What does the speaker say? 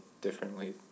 differently